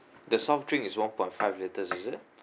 the soft drink is one point five liters is it